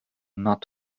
not